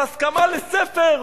על הסכמה לספר?